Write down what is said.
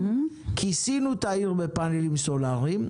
כיסינו את העיר בפאנלים סולאריים.